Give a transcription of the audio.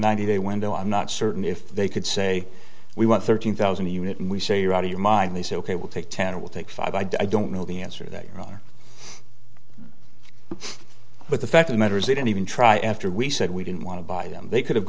ninety day window i'm not certain if they could say we want thirteen thousand units and we say you're out of your mind they say ok we'll take ten it will take five i don't know the answer that you are but the fact of the matter is they didn't even try after we said we didn't want to buy them they could have